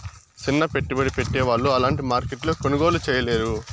సిన్న పెట్టుబడి పెట్టే వాళ్ళు అలాంటి మార్కెట్లో కొనుగోలు చేయలేరు